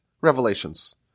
revelations